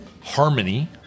harmony